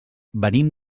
venim